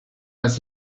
let